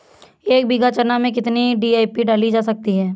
एक बीघा चना में कितनी डी.ए.पी डाली जा सकती है?